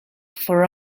for